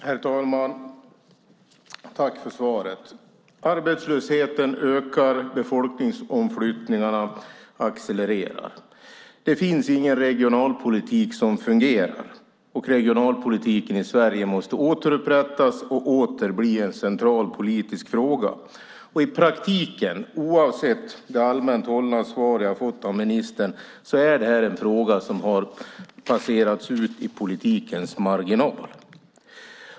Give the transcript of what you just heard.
Herr talman! Tack för svaret! Arbetslösheten ökar och befolkningsomflyttningarna accelererar. Det finns ingen regionalpolitik som fungerar. Regionalpolitiken i Sverige måste återupprättas och åter bli en central politisk fråga. I praktiken, oavsett det allmänt hållna svar jag har fått av ministern, är det här en fråga som har placerats ut i politikens marginal.